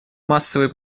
массовые